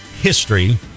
history